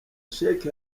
sheki